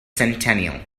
centennial